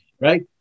right